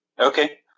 Okay